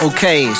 Okay